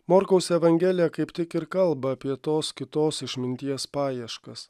morkaus evangelija kaip tik ir kalba apie tos kitos išminties paieškas